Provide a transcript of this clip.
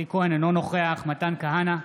אינו נוכח מתן כהנא,